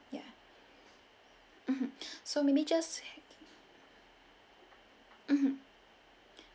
ya mmhmm so may be just mmhmm